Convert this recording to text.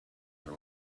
her